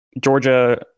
Georgia